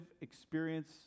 experience